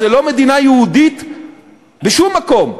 זה לא מדינה יהודית בשום מקום,